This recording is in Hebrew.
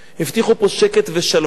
הבטיחו פה שקט ושלווה.